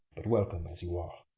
but welcome as you are.